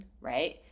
Right